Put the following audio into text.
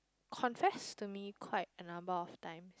confessed to me quite a number of times